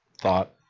Thought